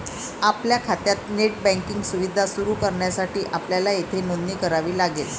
आपल्या खात्यात net banking सुविधा सुरू करण्यासाठी आपल्याला येथे नोंदणी करावी लागेल